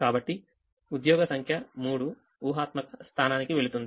కాబట్టి ఉద్యోగ సంఖ్య మూడు ఊహాత్మక స్థానానికి వెళుతుంది